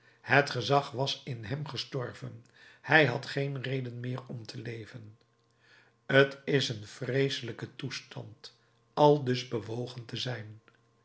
het gezag was in hem gestorven hij had geen reden meer om te leven t is een vreeselijke toestand aldus bewogen te zijn